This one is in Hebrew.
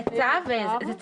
זה לא חוק, זה צו ותקנות.